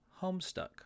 Homestuck